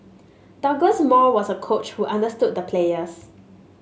Douglas Moore was a coach who understood the players